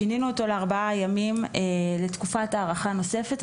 שינינו אותו לארבעה ימים לתקופת הארכה נוספת.